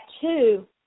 two